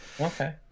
Okay